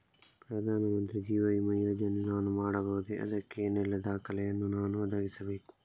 ಪ್ರಧಾನ ಮಂತ್ರಿ ಜೀವ ವಿಮೆ ಯೋಜನೆ ನಾನು ಮಾಡಬಹುದೇ, ಅದಕ್ಕೆ ಏನೆಲ್ಲ ದಾಖಲೆ ಯನ್ನು ನಾನು ಒದಗಿಸಬೇಕು?